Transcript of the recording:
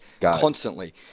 constantly